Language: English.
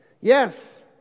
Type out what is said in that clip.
Yes